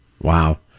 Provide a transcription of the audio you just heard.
Wow